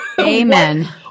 Amen